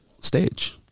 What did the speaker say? stage